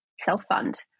self-fund